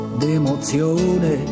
d'emozione